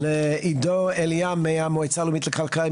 בבקשה, מהמועצה הלאומית לכלכלה.